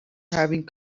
having